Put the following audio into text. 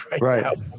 Right